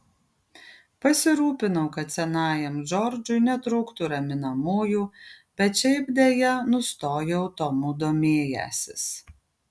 pasirūpinau kad senajam džordžui netrūktų raminamųjų bet šiaip deja nustojau tomu domėjęsis